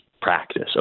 practice